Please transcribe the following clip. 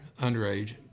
underage